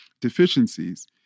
Deficiencies